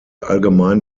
allgemein